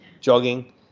jogging